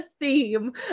theme